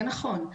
זה נכון.